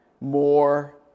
more